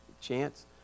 chance